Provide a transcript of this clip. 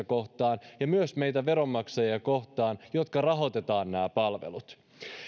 kohtaan ja myös meitä veronmaksajia kohtaan jotka rahoitamme nämä palvelut